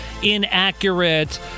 inaccurate